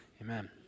Amen